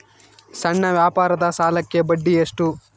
ಸಣ್ಣ ವ್ಯಾಪಾರದ ಸಾಲಕ್ಕೆ ಬಡ್ಡಿ ಎಷ್ಟು?